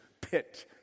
pit